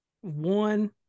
one